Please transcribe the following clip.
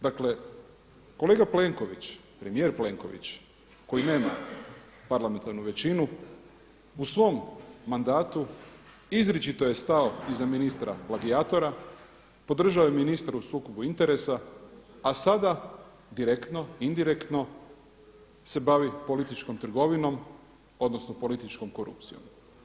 Dakle, kolega Plenković, premijer Plenković koji nema parlamentarnu većinu u svom mandatu izričito je stao iza ministra plagijatora, podržao je ministra u sukobu interesa, a sada direktno, indirektno se bavi političkom trgovinom, odnosno političkom korupcijom.